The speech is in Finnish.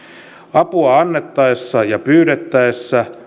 apua annettaessa ja pyydettäessä